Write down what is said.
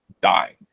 dying